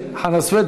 חנא סוייד,